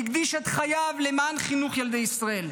והקדיש את חייו למען חינוך ילדי ישראל.